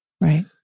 Right